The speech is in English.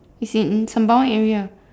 is in Sembawang area